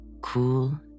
Cool